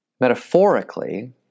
Metaphorically